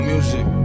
Music